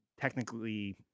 technically